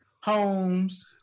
homes